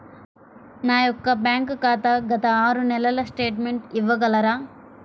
నా యొక్క బ్యాంక్ ఖాతా గత ఆరు నెలల స్టేట్మెంట్ ఇవ్వగలరా?